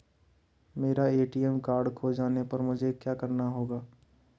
मेरा ATM card खो जाने पर मुझे क्या करना होगा?